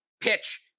pitch